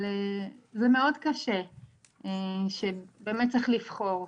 אבל זה מאוד קשה כל העניין הזה שבאמת צריך לבחור.